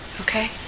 okay